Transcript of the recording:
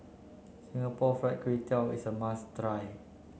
Singapore Fried Kway Tiao is a must try